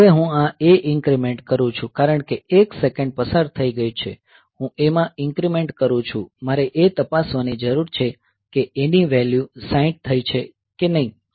હવે હું A માં ઇન્ક્રીમેંટ કરું છું કારણ કે 1 સેકન્ડ પસાર થઈ ગઈ છે હું A માં ઇન્ક્રીમેંટ કરું છું મારે એ તપાસવાની જરૂર છે કે A ની વેલ્યુ 60 થઈ છે કે નહીં